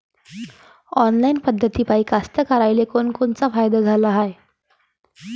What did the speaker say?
Online पद्धतीपायी कास्तकाराइले कोनकोनचा फायदा झाला हाये?